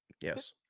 yes